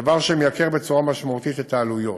דבר שמייקר בצורה משמעותית את העלויות.